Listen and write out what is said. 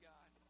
God